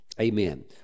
Amen